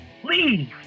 Please